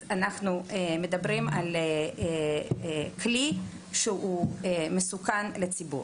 אז אנחנו מדברים על כלי שהוא מסוכן לציבור.